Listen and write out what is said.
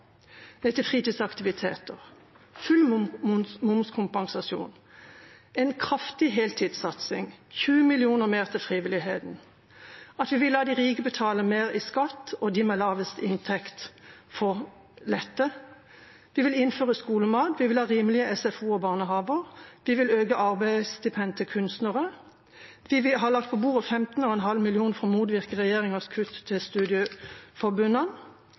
full momskompensasjon, en kraftig heltidssatsing, 20 mill. kr mer til frivilligheten, at vi vil la de rike betale mer i skatt, og at de med lavest inntekt får lette, vi vil innføre skolemat, vi vil ha rimelige SFO og barnehager, vi vil øke arbeidsstipendet til kunstnere, vi har lagt på bordet 15,5 mill. kr for å motvirke regjeringens kutt til studieforbundene,